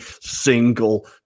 single